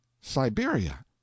Siberia